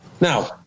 now